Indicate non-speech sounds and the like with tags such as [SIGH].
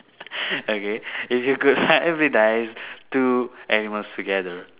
[LAUGHS] okay if you could hybridise two animals together